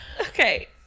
Okay